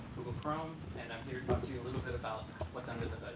chrome and i'm here to talk to a little bit about what's under the